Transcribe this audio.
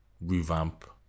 revamp